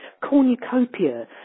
cornucopia